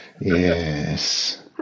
yes